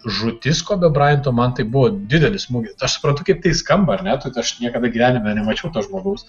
žūtis kobio brainto man tai buvo didelį smūgį aš supratau kaip tai skamba ar ne aš niekad gyvenime nemačiau to žmogaus